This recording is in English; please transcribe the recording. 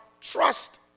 trust